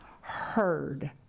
heard